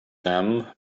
them